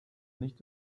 nicht